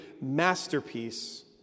masterpiece